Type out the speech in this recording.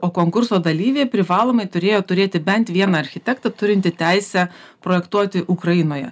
o konkurso dalyviai privalomai turėjo turėti bent vieną architektą turintį teisę projektuoti ukrainoje